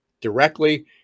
directly